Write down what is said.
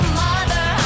mother